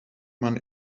man